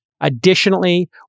Additionally